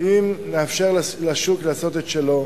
אם נאפשר לשוק לעשות את שלו.